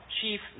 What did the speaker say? Chief